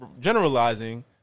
generalizing